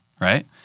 right